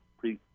please